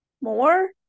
more